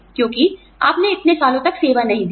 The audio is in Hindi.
क्योंकि आपने इतने सालों तक सेवा नहीं दी